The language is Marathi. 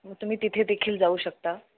मग तुम्ही तिथे देखील जाऊ शकता